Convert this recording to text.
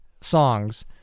songs